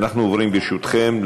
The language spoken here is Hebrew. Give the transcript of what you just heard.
ברשותכם,